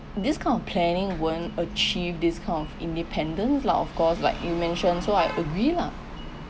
this kind of planning won't achieve this kind of independent lah of course like you mention so I agree lah